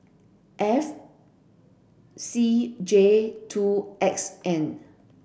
F C J two X N